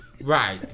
right